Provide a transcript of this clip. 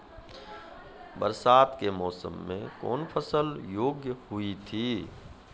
बरसात के मौसम मे कौन फसल योग्य हुई थी?